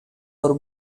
for